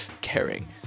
caring